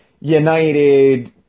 United